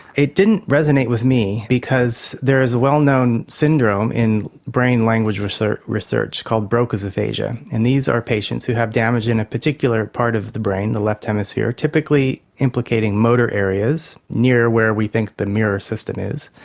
it didn't resonate with me because there is a well-known syndrome in brain language research research called broca's aphasia, and these are patients who have damage in a particular part of the brain, the left hemisphere, typically implicating motor areas near where we think the mirror system is.